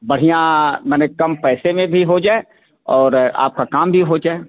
बढ़िया माने कम पैसे में भी हो जाए और आपका काम भी हो जाए